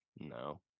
No